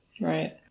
Right